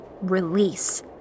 release